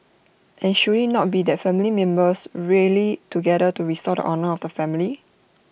and should IT not be that family members rally together to restore the honour of the family